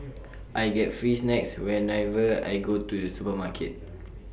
I get free snacks whenever I go to the supermarket